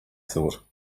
thought